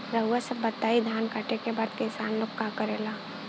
रउआ सभ बताई धान कांटेके बाद किसान लोग का करेला?